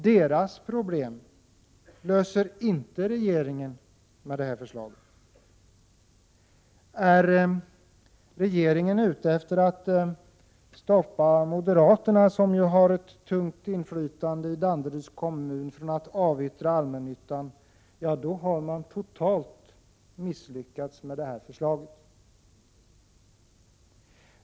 Deras problem löser inte regeringen med detta förslag. Är regeringen ute efter att stoppa moderaterna, som har ett tungt inflytande i Danderyds kommun, från att avyttra allmännyttan, då har man totalt misslyckats.